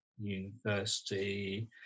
university